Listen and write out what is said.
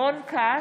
רון כץ,